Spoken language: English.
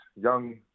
young